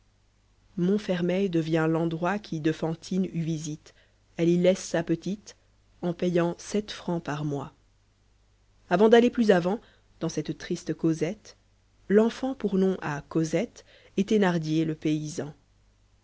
montfermeil devient l'endroit qui de fantine eut visite elle y laisse sa petite en payant sept francs par mois avant d'aller plus avant dans cette triste causette l'enfant pour nom a çoselte etthenardier le paysan